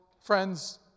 friends